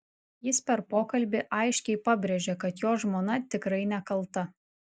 jis per pokalbį aiškiai pabrėžė kad jo žmona tikrai nekalta